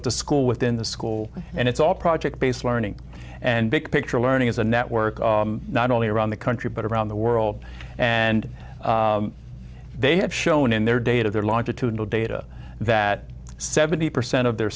at the school within the school and it's all project based learning and big picture learning as a network not only around the country but around the world and they have shown in their data their longer to data that seventy percent of their